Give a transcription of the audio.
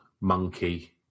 monkey